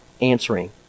answering